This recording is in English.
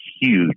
huge